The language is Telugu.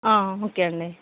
ఓకే అండీ